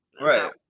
right